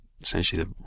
Essentially